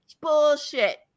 Bullshit